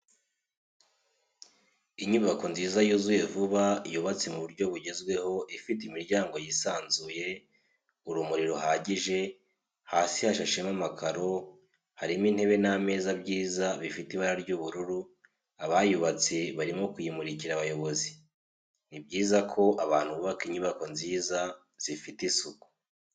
Inyubako nziza yuzuye vuba yubatse mu buryo bugeweho ifite imiryango yisanzuye, urumuri ruhagije, hasi hashashemo amakaro, harimo intebe n'ameza byiza bifite ibara ry'ubururu, abayubatse barimo kuyimurikira abayobozi. Ni byiza ko abantu bubaka inyubako nziza zifite isuku.